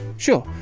sure,